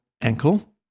ankle